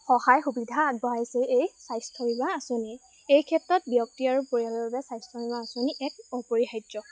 সহায় সুবিধা আগবঢ়াইছে এই স্বাস্থ্য বীমা আঁচনিয়ে এই ক্ষেত্ৰত ব্যক্তি আৰু পৰিয়ালৰ বাবে স্বাস্থ্য বীমা আঁচনি এক অপৰিহাৰ্য